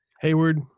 Hayward